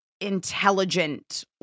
intelligent